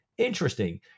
Interesting